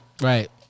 Right